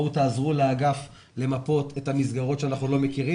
בואו תעזרו לאגף למפות את המסגרות שאנחנו לא מכירים